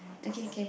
okay okay